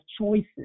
choices